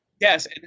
Yes